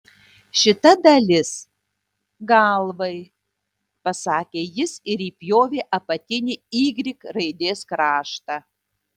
šita dalis galvai pasakė jis ir įpjovė apatinį y raidės kraštą